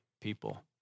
people